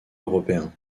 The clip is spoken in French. européen